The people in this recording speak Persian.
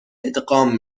ادغام